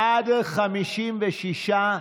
בעד, 56,